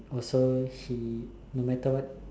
also she no matter what